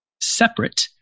separate